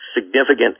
significant